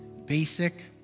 Basic